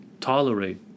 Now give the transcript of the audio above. tolerate